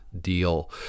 deal